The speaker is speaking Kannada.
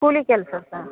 ಕೂಲಿ ಕೆಲಸ ಸರ್